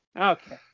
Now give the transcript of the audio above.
Okay